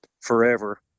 forever